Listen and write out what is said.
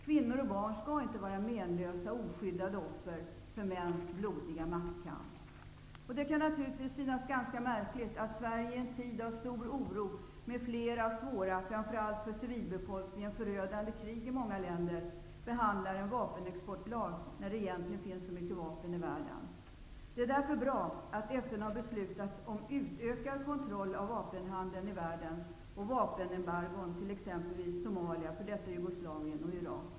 Kvinnor och barn skall inte vara menlösa, oskyddade offer för mäns blodiga maktkamp. Det kan naturligtvis synas ganska märkligt att Sverige i en tid av stor oro, med flera svåra, framför allt för civilbefolkningen, förödande krig i många länder, behandlar en vapenexportlag när det egentligen finns så mycket vapen i världen. Det är därför bra att FN har beslutat om utökad kontroll av vapenhandeln i världen och vapenembargon för exempelvis Somalia, f.d. Jugoslavien och Irak.